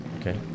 Okay